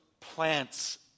plants